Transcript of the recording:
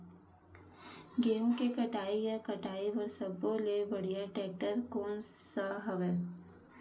गेहूं के कटाई या कटाई बर सब्बो ले बढ़िया टेक्टर कोन सा हवय?